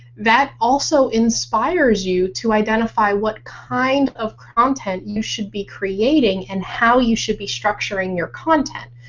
that also inspires you to identify what kind of content you should be creating and how you should be structuring your content.